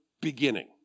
beginning